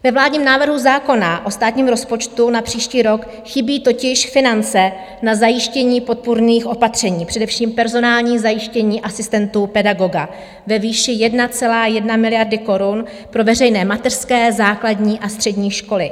Ve vládním návrhu zákona o státním rozpočtu na příští rok chybí totiž finance na zajištění podpůrných opatření, především personální zajištění asistentů pedagoga ve výši 1,1 miliardy korun pro veřejné mateřské, základní a střední školy.